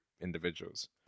individuals